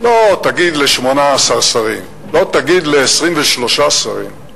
לא תגיד ל-18 שרים, לא תגיד ל-23 שרים,